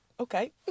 okay